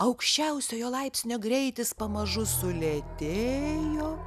aukščiausiojo laipsnio greitis pamažu sulėtėjo